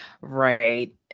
Right